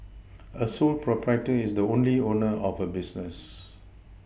a sole proprietor is the only owner of a business